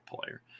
player